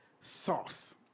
Sauce